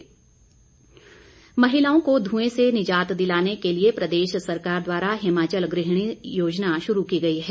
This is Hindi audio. वीरेन्द्र कश्यप महिलाओं को धुंए से निजात दिलाने के लिए प्रदेश सरकार द्वारा हिमाचल गृहिणी योजना शुरू की गई है